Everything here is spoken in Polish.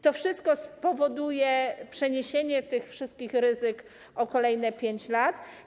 To wszystko spowoduje przeniesienie tych wszystkich ryzyk o kolejne 5 lat.